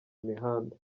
imihanda